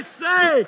say